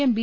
M B